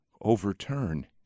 overturn